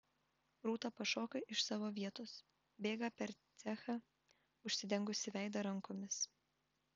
rūta pašoka iš savo vietos bėga per cechą užsidengusi veidą rankomis